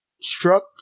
struck